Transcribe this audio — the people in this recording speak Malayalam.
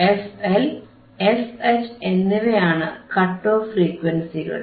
fL fH എന്നിവയാണ് കട്ട് ഓഫ് ഫ്രീക്വൻസികൾ